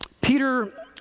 Peter